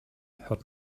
hört